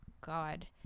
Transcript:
God